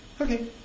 Okay